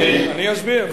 אני אסביר.